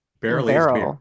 Barely